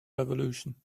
revolution